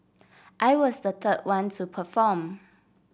I was the third one to perform